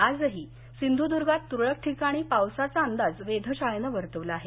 आजही सिंधुद्गात तुरळक ठिकाणी पावसाचा अंदाज वेधशाळेन वर्तवला आहे